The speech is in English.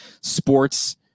sports